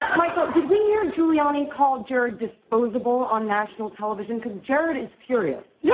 michael, did we hear giuliani call jared disposable on national television? because jared is furious. yeah